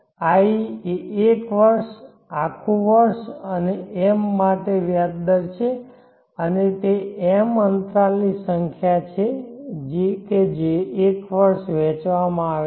i 1 વર્ષ આખું વર્ષ અને m માટે વ્યાજ દર છે અને તે m અંતરાલની સંખ્યા છે કે જે 1 વર્ષ વહેંચવામાં આવશે